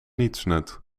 nietsnut